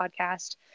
podcast